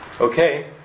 Okay